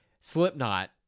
Slipknot